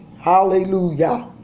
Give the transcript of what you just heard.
Hallelujah